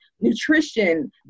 nutrition